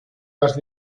las